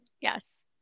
Yes